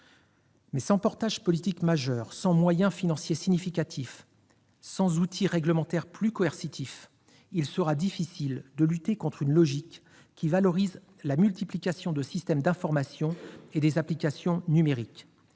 Sans portage politique majeur, sans moyens financiers significatifs et sans outils réglementaires plus coercitifs, il sera difficile de lutter contre une logique valorisant la multiplication des systèmes d'information et des applications numériques.